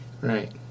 Right